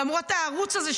למרות הערוץ הזה,